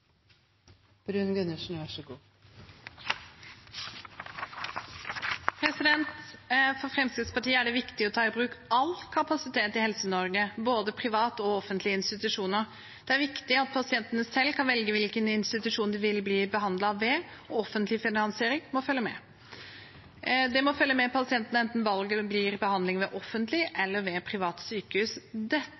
ta i bruk all kapasitet i Helse-Norge, både private og offentlige institusjoner. Det er viktig at pasientene selv kan velge hvilken institusjon de vil bli behandlet ved, og offentlig finansiering må følge med. Det må følge med pasienten enten valget blir behandling ved offentlig eller ved privat sykehus.